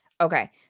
Okay